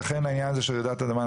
לכן העניין הזה של רעידת אדמה,